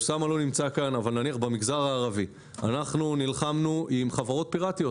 אוסאמה לא כאן אבל נניח במגזר הערבי אנחנו נלחמנו עם חברות פירטיות.